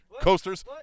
coasters